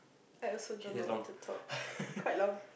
I also don't know what to talk quite long